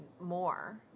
more